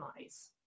eyes